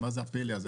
מה זה הפלא הזה?